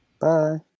Bye